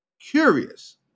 curious